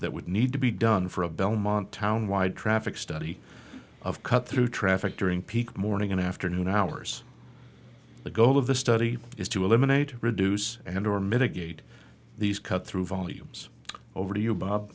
that would need to be done for a belmont town wide traffic study of cut through traffic during peak morning and afternoon hours the goal of the study is to eliminate or reduce and or mitigate these cut through volumes over to you bo